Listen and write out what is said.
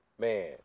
man